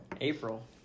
April